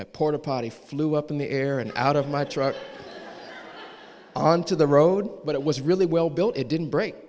porta potti flew up in the air and out of my truck onto the road but it was really well built it didn't break